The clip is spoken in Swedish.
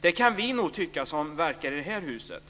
Det kan vi nog tycka, vi som verkar i det här huset.